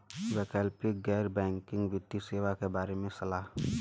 वैकल्पिक गैर बैकिंग वित्तीय सेवा के बार में सवाल?